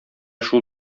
шул